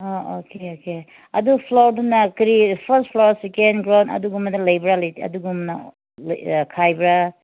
ꯑꯥ ꯑꯥ okay okay ꯑꯗꯣ ꯐ꯭ꯂꯣꯔꯗꯅ ꯀꯔꯤ ꯐꯥꯔꯁꯠ ꯐ꯭ꯂꯣꯔ ꯁꯦꯀꯦꯟ ꯐ꯭ꯂꯣꯔ ꯑꯗꯨꯒꯨꯝꯕꯗ ꯂꯩꯕ꯭ꯔꯥ ꯂꯩꯇꯦ ꯑꯗꯨꯒꯨꯝꯕꯅ ꯂꯩ ꯈꯥꯏꯕ꯭ꯔꯥ